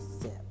sip